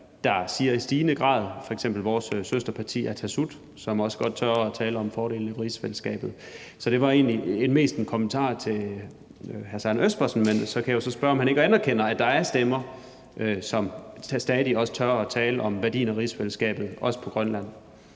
der siger i stigende grad, f.eks. vores søsterparti Atassut, som også godt tør tale om fordelene ved rigsfællesskabet. Så det var egentlig mest en kommentar til hr. Søren Espersen. Men jeg kan jo så spørge, om han ikke anerkender, at der er stemmer, som stadig tør tale om værdien af rigsfællesskabet, også i Grønland.